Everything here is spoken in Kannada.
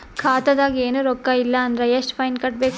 ಖಾತಾದಾಗ ಏನು ರೊಕ್ಕ ಇಲ್ಲ ಅಂದರ ಎಷ್ಟ ಫೈನ್ ಕಟ್ಟಬೇಕು?